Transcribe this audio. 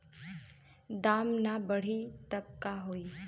दाम ना बढ़ी तब का होई